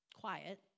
quiet